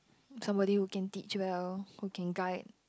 somebody who can teach well who can guide